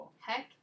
Heck